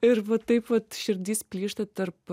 ir va taip vat širdis plyšta tarp